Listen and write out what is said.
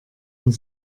und